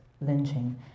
lynching